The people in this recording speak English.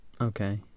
Okay